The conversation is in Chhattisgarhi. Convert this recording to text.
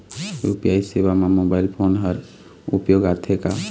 यू.पी.आई सेवा म मोबाइल फोन हर उपयोग आथे का?